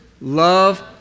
love